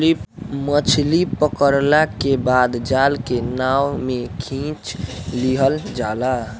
मछली पकड़ला के बाद जाल के नाव में खिंच लिहल जाला